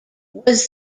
was